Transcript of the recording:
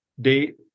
date